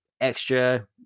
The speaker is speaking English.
extra